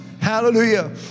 hallelujah